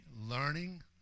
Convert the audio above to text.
learning